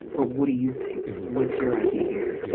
but what do you think? what's your idea here?